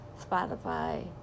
Spotify